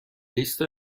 لیست